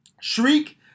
Shriek